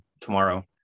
tomorrow